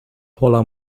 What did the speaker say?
pola